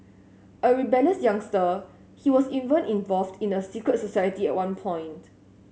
a rebellious youngster he was even involved in a secret society at one point